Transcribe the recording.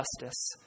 justice